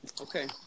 Okay